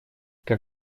как